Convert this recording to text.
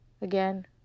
again